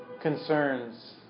concerns